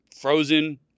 Frozen